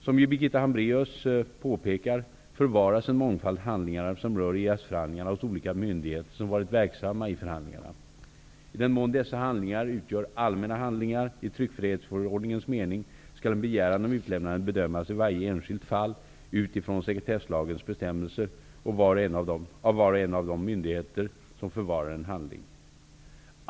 Som Birgitta Hambraeus ju påpekar förvaras en mångfald handlingar som rör EES-förhandlingarna hos olika myndigheter som varit verksamma i förhandlingarna. I den mån dessa handlingar utgör allmänna handlingar i tryckfrihetsförordningens mening skall en begäran om utlämnande bedömas i varje enskilt fall utifrån sekretesslagens bestämmelser och av var och en av de myndigheter som förvarar en handling.